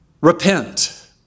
repent